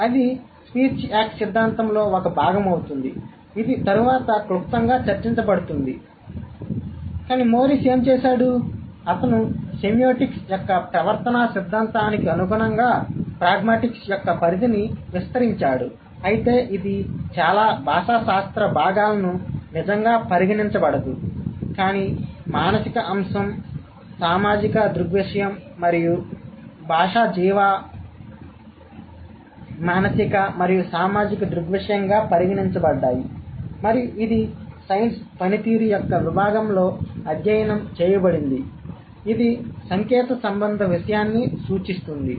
కాబట్టి అది speech act సిద్ధాంతంలో ఒక భాగమవుతుంది ఇది తరువాత క్లుప్తంగా చర్చించబడుతుంది కానీ మోరిస్ ఏమి చేసాడు అతను సెమియోటిక్స్ యొక్క ప్రవర్తనా సిద్ధాంతానికి అనుగుణంగా ప్రాగ్మాటిక్స్ యొక్క పరిధిని విస్తరించాడు అయితే ఇది చాలా భాషా శాస్త్ర భాగాలను నిజంగా పరిగణించదు కాని మానసిక అంశం సామాజిక దృగ్విషయం మరియు భాష జీవ మానసిక మరియు సామాజిక దృగ్విషయంగా పరిగణించబడ్డాయి మరియు ఇది సైన్స్ పనితీరు యొక్క విభాగంలో అధ్యయనం చేయబడింది ఇది సంకేత సంబంధ విషయాన్ని సూచిస్తుంది